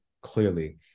clearly